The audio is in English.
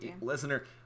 listener